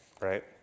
right